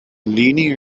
leaning